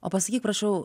o pasakyk prašau